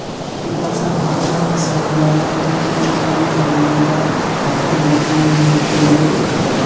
इटा साल हमसार सागवान मनेर बगीचात काफी लकड़ी निकलिबे छे